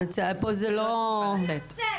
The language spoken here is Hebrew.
אפרת,